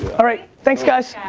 alright. thanks guys.